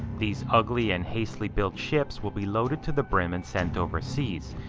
these ugly and hastily built ships will be loaded to the brim and sent overseas.